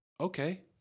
Okay